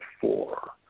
four